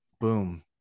boom